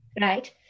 right